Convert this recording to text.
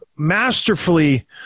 masterfully